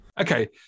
Okay